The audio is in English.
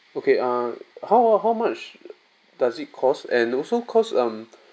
okay uh how how much does it cost and also cause um